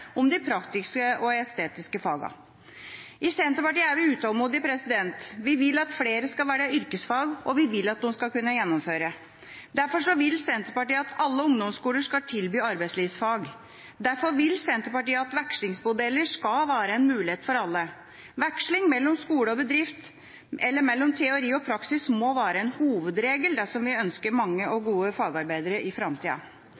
om de praktiske og estetiske fagene. I Senterpartiet er vi utålmodige. Vi vil at flere skal velge yrkesfag, og vi vil at de skal kunne gjennomføre. Derfor vil Senterpartiet at alle ungdomsskoler skal tilby arbeidslivsfag. Derfor vil Senterpartiet at vekslingsmodeller skal være en mulighet for alle. Veksling mellom skole og bedrift, eller mellom teori og praksis, må være en hovedregel dersom vi ønsker mange og